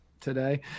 today